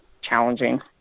challenging